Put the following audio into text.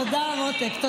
תודה, תודה, מותק.